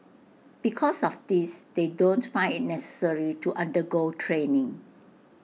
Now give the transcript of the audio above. because of this they don't find IT necessary to undergo training